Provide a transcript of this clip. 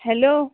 hello